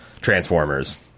transformers